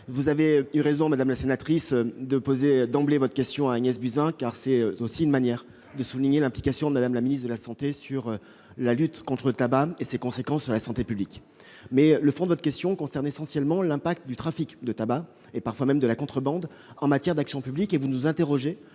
vous avez eu raison de poser d'emblée votre question à Agnès Buzyn, car c'est aussi une manière de souligner l'implication de Mme la ministre de la santé dans la lutte contre le tabac et ses conséquences sur la santé publique. Toutefois, le fond de votre question concerne essentiellement l'impact du trafic de tabac, et parfois même de la contrebande, en matière d'action publique. Vous nous interrogez